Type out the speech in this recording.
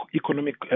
economic